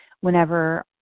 whenever